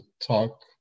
talk